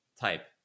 type